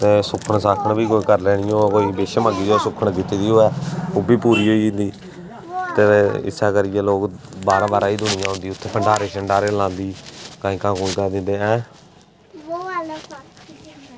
ते सुक्खन बी करी लैन्ने ओह् कोई विश मन्नियै सुक्खन कीती दी होऐ ते ओह्बी पूरी होई जंदी इस्सै करियै लोग बाहरै बाहरै दी दूनियां औंदी उत्थै भंडारे लांदी कंजकां पुज्जदे ऐं